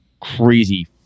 crazy